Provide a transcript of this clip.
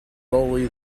solely